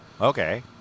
Okay